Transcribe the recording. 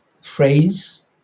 phrase